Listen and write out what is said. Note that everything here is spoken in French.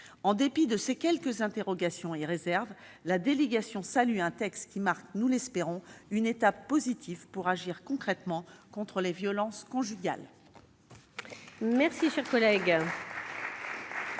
En dépit de ces quelques interrogations et réserves, la délégation salue un texte qui marquera, nous l'espérons, une étape positive pour agir concrètement contre les violences conjugales.